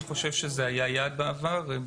אני חושב שזה היה יעד בעבר.